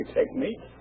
technique